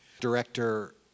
Director